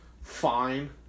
fine